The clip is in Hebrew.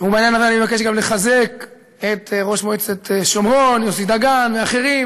ובעניין הזה אני מבקש גם לחזק את ראש מועצת שומרון יוסי דגן ואחרים,